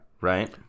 Right